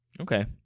Okay